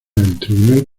tribunal